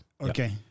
okay